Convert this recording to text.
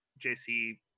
JC